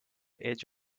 edge